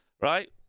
Right